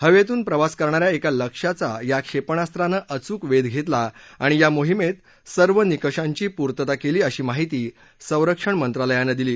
हवसूक प्रवास करणाऱ्या एका लक्ष्याचा या क्षाणिास्त्रानं अचूक वधिघस्त्रा आणि या मोहिमधिकर्व निकषांची पूर्तता कळी अशी माहिती संरक्षण मंत्रालयानं दिली